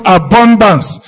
abundance